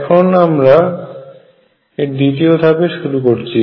এখন আমরা তৃতীয় ধাপ শুরু করছি